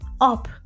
up